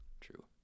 True